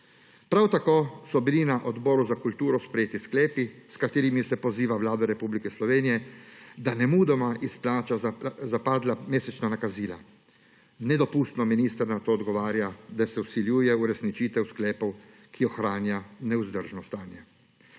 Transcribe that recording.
Prav tako so bili na Odboru za kulturo sprejeti sklepi, s katerimi se poziva Vlado Republike Slovenije, da nemudoma izplača zapadla mesečna nakazila. Nedopustno minister na to odgovarja, da se vsiljuje uresničitev sklepov, ki ohranja nevzdržno stanje.